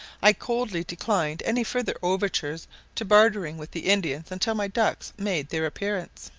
i coldly declined any further overtures to bartering with the indians until my ducks made their appearance.